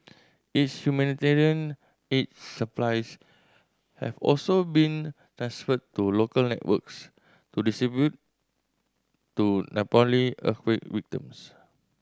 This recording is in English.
its humanitarian aid supplies have also been transferred to local networks to distribute to Nepali earthquake victims